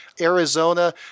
Arizona